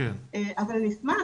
אבל נשמח,